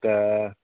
तऽ